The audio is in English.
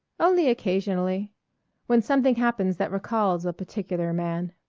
only occasionally when something happens that recalls a particular man.